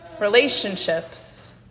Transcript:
Relationships